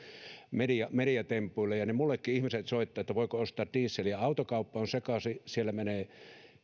mediatempuilla ja minullekin ihmiset soittavat että voiko ostaa dieseliä autokauppa on sekaisin siellä menee